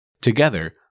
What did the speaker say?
Together